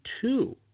two